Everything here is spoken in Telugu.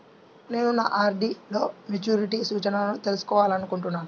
నేను నా ఆర్.డీ లో మెచ్యూరిటీ సూచనలను తెలుసుకోవాలనుకుంటున్నాను